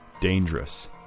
dangerous